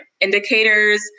indicators